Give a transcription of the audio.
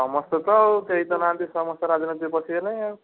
ସମସ୍ତେ ତ ଆଉ କେହି ତ ନାହାନ୍ତି ସମସ୍ତେ ରାଜନୀତିକୁ ପଶିଗଲେ ଆଉ